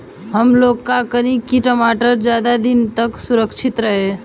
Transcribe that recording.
हमलोग का करी की टमाटर ज्यादा दिन तक सुरक्षित रही?